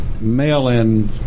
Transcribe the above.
mail-in